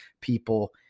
people